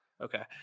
okay